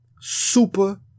Super